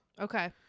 Okay